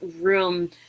room